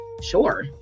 sure